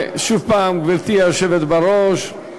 שוב הפעם, גברתי היושבת בראש,